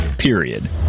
period